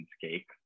cake